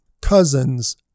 cousins